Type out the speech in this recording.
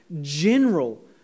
general